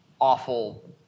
awful